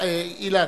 אילן,